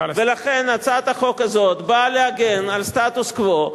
לכן הצעת החוק הזאת באה להגן על סטטוס-קוו,